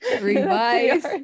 Revise